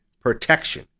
protection